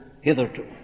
hitherto